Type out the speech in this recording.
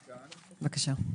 בבקשה.